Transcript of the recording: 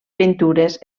pintures